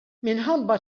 minħabba